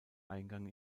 eingang